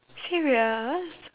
serious